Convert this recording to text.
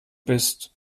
bist